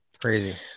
Crazy